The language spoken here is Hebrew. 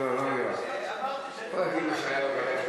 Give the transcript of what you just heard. לא, הדיון של אתמול.